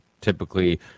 Typically